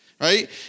right